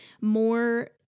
more